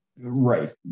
right